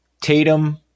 Tatum